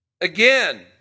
Again